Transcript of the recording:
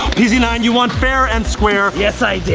p z nine you won fair and square. yes i did.